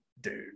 Dude